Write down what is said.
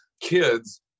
kids